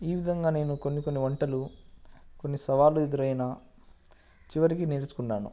ఈ విధంగా నేను కొన్ని కొన్ని వంటలు కొన్ని సవాళ్లు ఎదురైనా చివరికి నేర్చుకున్నాను